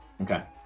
okay